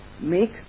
make